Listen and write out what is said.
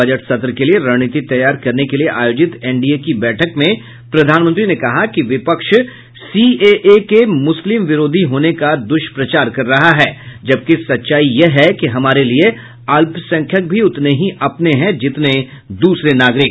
budget सत्र के लिये रणनीति तैयार करने के लिये आयोजित एनडीए की बैठक में प्रधानमंत्री ने कहा कि विपक्ष सीएए के मुस्लिम विरोधी होने का दुष्प्रचार कर रहा है जबकि सच्चाई यह है कि हमारे लिये अल्पसंख्यक भी उतने ही अपने है जितने दूसरे नागरिक